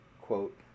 Quote